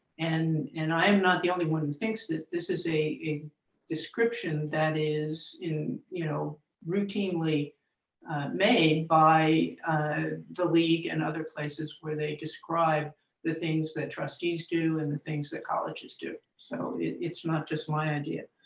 and and i am not the only one who thinks this. this is a a description that is you know routinely made by ah the league and other places where they describe the things that trustees do and the things that colleges do. so it's not just my idea.